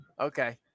Okay